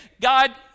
God